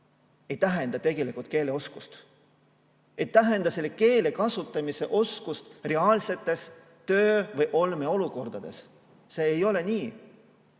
ei tähenda tegelikult keeleoskust, ei tähenda selle keele kasutamise oskust reaalsetes töö‑ või olmeolukordades. See ei ole nii.